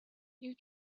you